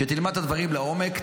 שתלמד את הדברים לעומק,